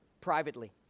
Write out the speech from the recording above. privately